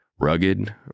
Rugged